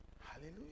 Hallelujah